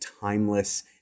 timeless